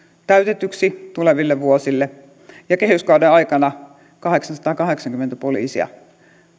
täytetyksi tuleville vuosille ja kehyskauden aikana kahdeksansataakahdeksankymmentä poliisia